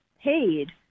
paid